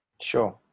sure